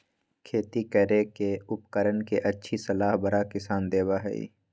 खेती करे के उपकरण के अच्छी सलाह बड़ा किसान देबा हई